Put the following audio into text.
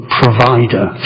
provider